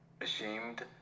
ashamed